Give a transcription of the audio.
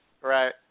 Right